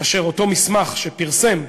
אשר אותו מסמך שפרסם הוביל,